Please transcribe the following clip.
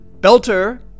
Belter